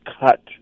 cut